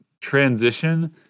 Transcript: transition